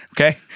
Okay